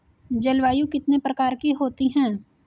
जलवायु कितने प्रकार की होती हैं?